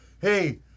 hey